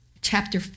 chapter